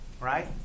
Right